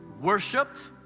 worshipped